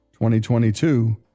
2022